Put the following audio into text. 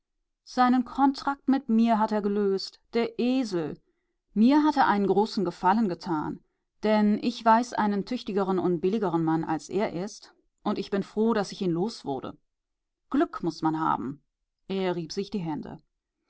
seinen kontrakt mit mir hat er gelöst der esel mir hat er einen großen gefallen getan denn ich weiß einen tüchtigeren und billigeren mann als er ist und bin froh daß ich ihn loswurde glück muß man haben er rieb sich die hände